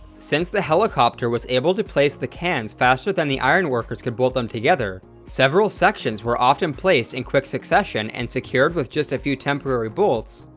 since the helicopter was able to place the cans faster than the iron workers could bolt them together, several sections were often placed in quick succession and secured with just a few temporary bolts,